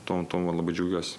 tuom tuom va labai džiaugiuosi